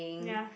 ya